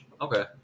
okay